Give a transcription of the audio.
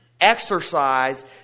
exercise